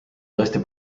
tõesti